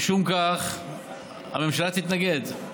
משום כך הממשלה תתנגד.